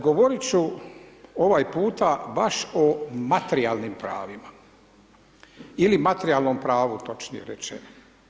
Govorit ću ovaj puta baš o materijalnim pravima ili materijalnom pravu točnije rečeno.